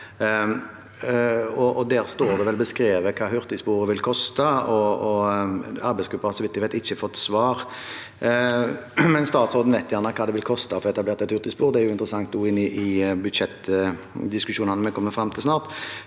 Der står det vel beskrevet hva hurtigsporet vil koste. Arbeidsgruppen har, så vidt jeg vet, ikke fått svar. Statsråden vet nok hva det vil koste å få etablert et hurtigspor. Det er interessant også inn i budsjettdiskusjonene vi kommer fram til snart.